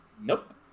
nope